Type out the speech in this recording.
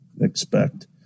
expect